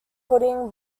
putting